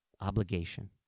obligation